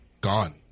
gone